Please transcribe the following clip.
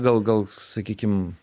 gal gal sakykim